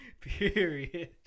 Period